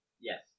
Yes